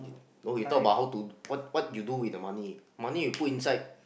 you no you talk about how to what what you do with the money money you put inside